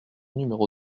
numéro